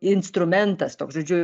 instrumentas toks žodžiu